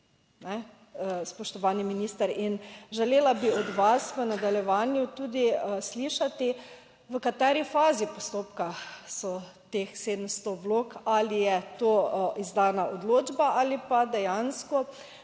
spoštovani minister. In želela bi od vas v nadaljevanju tudi slišati, v kateri fazi postopka so teh 700 vlog, ali je to izdana odločba ali pa dejansko